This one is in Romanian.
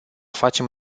facem